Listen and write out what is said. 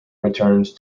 returned